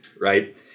right